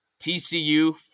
TCU